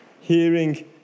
Hearing